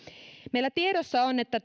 meillä tiedossa on että